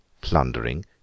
plundering